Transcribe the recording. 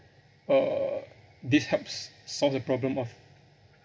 uh this helps solve the problem of